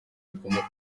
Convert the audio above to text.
rikomoka